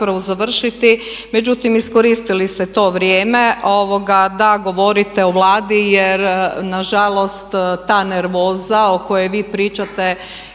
Hvala vam